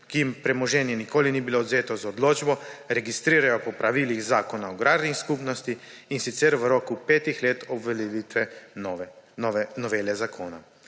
jim premoženje nikoli ni bilo odvzeto z odločbo, registrirajo po pravilih Zakona o agrarnih skupnosti, in sicer v roku petih let od uveljavitve novele zakona.